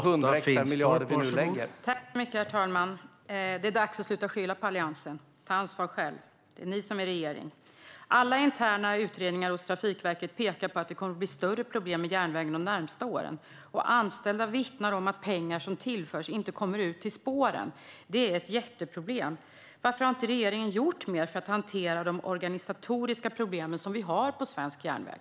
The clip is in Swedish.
Herr talman! Det är dags att sluta skylla på Alliansen. Ta ansvar själva! Det är ni som är regeringen. Alla interna utredningar hos Trafikverket pekar på att det kommer att bli större problem i järnvägen de närmaste åren. Anställda vittnar om att pengar som tillförs inte kommer ut till spåren. Det är ett jätteproblem. Varför har inte regeringen gjort mer för att hantera de organisatoriska problem som finns för svensk järnväg?